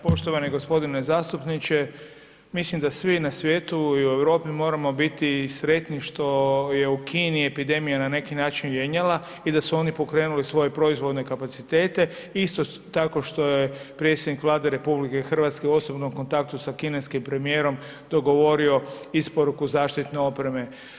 Poštovani gospodine zastupniče, mislim da svi na svijetu i u Europi moramo biti sretni što je u Kini epidemija na neki način jenjala i da su oni pokrenuli svoje proizvodne kapacitete isto tako što je predsjednik Vlade RH u osobnom kontaktu sa kineskim premijerom dogovorio isporuku zaštitne opreme.